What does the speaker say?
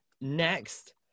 Next